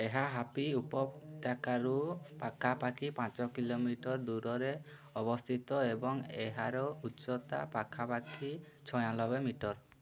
ଏହା ହାପ୍ପି ଉପତ୍ୟକାରୁ ପାଖାପାଖି ପାଞ୍ଚ କିଲୋମିଟର୍ ଦୂରରେ ଅବସ୍ଥିତ ଏବଂ ଏହାର ଉଚ୍ଚତା ପାଖାପାଖି ଛୟାନବେ ମିଟର୍